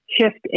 shift